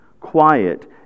quiet